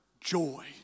joy